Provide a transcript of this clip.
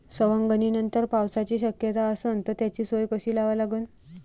सवंगनीनंतर पावसाची शक्यता असन त त्याची सोय कशी लावा लागन?